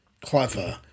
clever